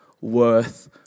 worth